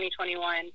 2021